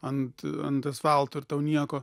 ant ant asfalto ir tau nieko